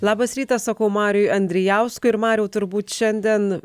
labas rytas sakau mariui andrijauskui ir mariau turbūt šiandien